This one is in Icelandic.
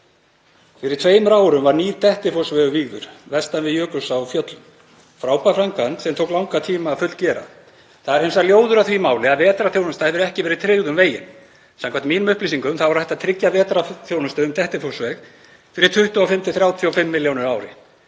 Fyrir tveimur árum var nýr Dettifossvegur vígður, vestan við Jökulsá á Fjöllum, frábær framkvæmd sem tók langan tíma að fullgera. Það er hins vegar ljóður á því máli að vetrarþjónusta hefur ekki verið tryggð um veginn. Samkvæmt mínum upplýsingum er hægt að tryggja vetrarþjónustu um Dettifossveg fyrir 25–35 milljónir